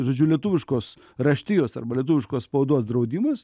žodžiu lietuviškos raštijos arba lietuviškos spaudos draudimas